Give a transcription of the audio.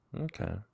Okay